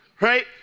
right